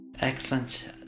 excellent